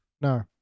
No